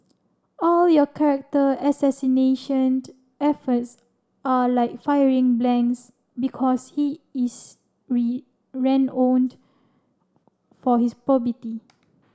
all your character assassination efforts are like firing blanks because he is for his probity